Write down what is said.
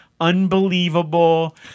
Unbelievable